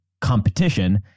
competition